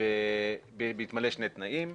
בהתמלא שני תנאים,